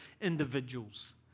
individuals